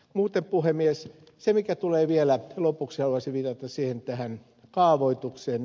muuten puhemies vielä lopuksi haluaisin viitata tähän kaavoitukseen